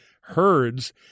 herds